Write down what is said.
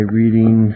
reading